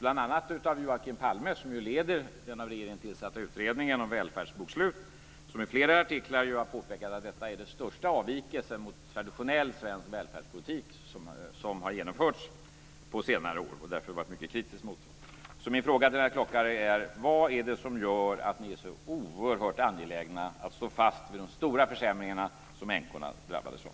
Bl.a. Joakim Palme, som ju leder den av regeringen tillsatta utredningen om välfärdsbokslut, har i flera artiklar påpekat att detta är den största avvikelsen från traditionell svensk välfärdspolitik som har genomförts på senare år och därför varit mycket kritisk mot den. Min fråga till Lennart Klockare är vad det är som gör att ni är så oerhört angelägna att stå fast vid de stora försämringar som änkorna drabbades av.